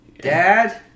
Dad